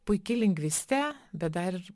puiki lingvistė bet dar ir